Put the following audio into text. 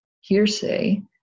hearsay